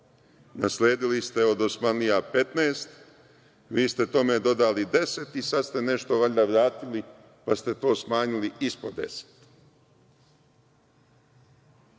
Nasledili ste od dosmanlija 15, vi ste tome dodali 10 i sad ste nešto valjda vratili, pa ste to smanjili ispod